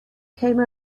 came